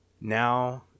Now